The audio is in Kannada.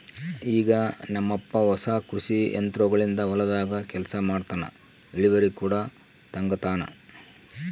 ಈಗ ನಮ್ಮಪ್ಪ ಹೊಸ ಕೃಷಿ ಯಂತ್ರೋಗಳಿಂದ ಹೊಲದಾಗ ಕೆಲಸ ಮಾಡ್ತನಾ, ಇಳಿವರಿ ಕೂಡ ತಂಗತಾನ